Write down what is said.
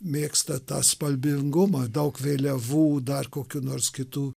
mėgsta tą spalvingumą daug vėliavų dar kokių nors kitų